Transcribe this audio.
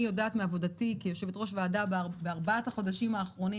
אני יודעת מעבודתי כיושבת-ראש ועדה בארבעת החודשים האחרונים